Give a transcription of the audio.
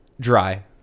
dry